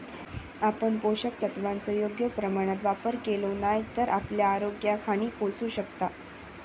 आपण पोषक तत्वांचो योग्य प्रमाणात वापर केलो नाय तर आपल्या आरोग्याक हानी पोहचू शकता